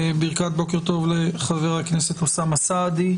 ברכת בוקר טוב לחבר הכנסת אוסאמה סעדי,